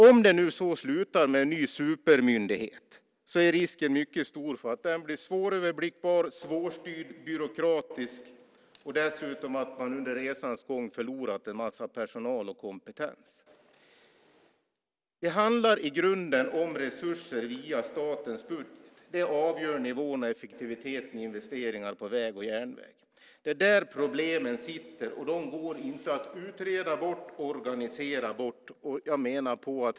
Om det hela slutar med en ny supermyndighet är risken stor att den blir svåröverblickbar, svårstyrd och byråkratisk. Dessutom kommer man att under resans gång ha förlorat en massa personal och kompetens. Det handlar i grunden om resurser via statens budget. Det avgör nivån och effektiviteten i investeringar på väg och järnväg. Det är där problemen sitter, och de går inte att utreda och organisera bort.